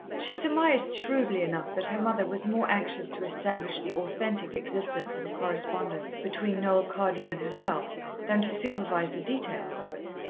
she surmised shrewdly enough that her mother was more anxious to establish the authentic existence of a correspondence between noel cardew and herself than to supervise the details of it.